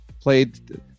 played